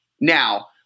Now